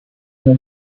has